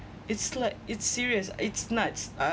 it's like it's serious it's nuts uh